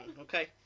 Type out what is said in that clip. Okay